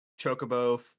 chocobo